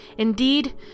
Indeed